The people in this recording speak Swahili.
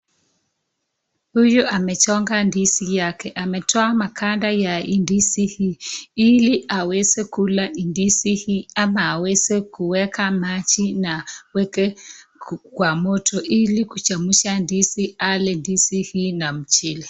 Huyu amechonga ndizi yake. Ametoa makanda ya ndizi hii ili aweze kula ndizi hii ama aweze aweke maji na aweke kwa moto ili kuchemsha ndizi ale ndizi hii na mchele.